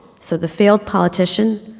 so the failed politician,